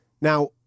Now